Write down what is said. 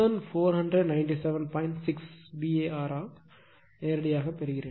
6 VAr நேரடியாகப் பெறுவேன்